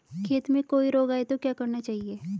खेत में कोई रोग आये तो क्या करना चाहिए?